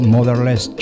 Motherless